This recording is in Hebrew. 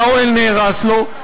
והאוהל נהרס לו.